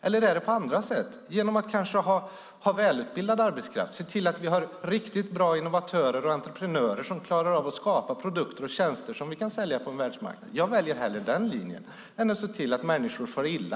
Eller är det på andra sätt, kanske genom välutbildad arbetskraft, genom att ha riktigt bra innovatörer och entreprenörer som kan skapa produkter och tjänster som vi kan sälja på världsmarknaden? Jag väljer hellre den linjen än att människor ska fara illa.